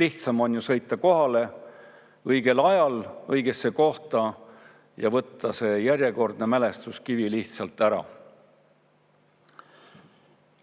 Lihtsam on sõita kohale õigel ajal õigesse kohta ja võtta järjekordne mälestuskivi lihtsalt ära.